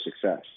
success